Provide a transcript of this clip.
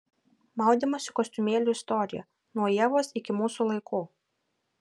maudymosi kostiumėlių istorija nuo ievos iki mūsų laikų